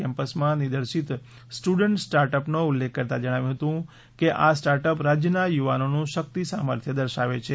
કેમ્પસમાં નિદર્શિત student start અપનો ઉલ્લેખ કરતા જણાવ્યું હતું કે આ સ્ટાર્ટ અપ રાજ્યના યુવાનોનું શક્તિ સામાર્થ્ય દર્શાવે છે